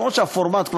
למרות שהפורמט,